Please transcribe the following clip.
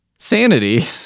Sanity